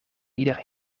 ieder